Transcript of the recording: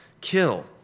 kill